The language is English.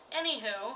anywho